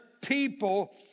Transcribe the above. people